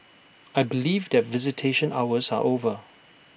I believe that visitation hours are over